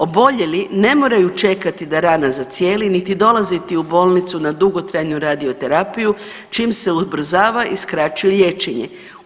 Oboljeli ne moraju čekati da rana zacijeli niti dolaziti u bolnicu na dugotrajnu radioterapiju čim se ubrzava i skraćuje liječenje.